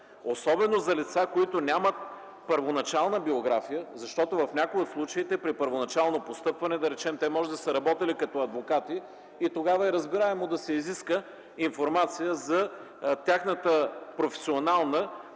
особено за лица, които нямат първоначална биография, защото в някои от случаите при първоначално постъпване, да речем, те може да са работили като адвокати и тогава е разбираемо да се изиска информация за тяхната професионална